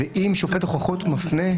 אם שופט הוכחות מפנה,